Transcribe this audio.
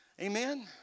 amen